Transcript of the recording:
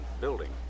building